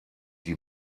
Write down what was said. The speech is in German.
die